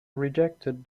rejected